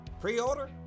Pre-order